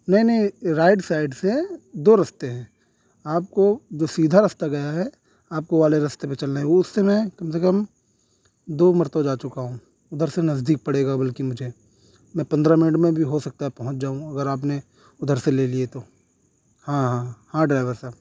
نہیں نہیں right side سے دو رستے ہیں آپ کو جو سیدھا رستہ گیا ہے آپ کو وہ والے رستے پہ چلنا ہے وہ اس سے میں کم سے کم دو مرتبہ جا چکا ہوں ادھر سے نزدیک پڑے گا بلکہ مجھے میں پندرہ منٹ میں بھی ہو سکتا ہے پہنچ جاؤں اگر آپ نے ادھر سے لے لیے تو ہاں ہاں ہاں ڈرائیو صاحب